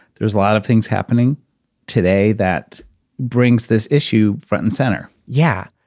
there's a lot of things happening today that brings this issue front and center yeah,